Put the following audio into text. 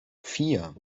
vier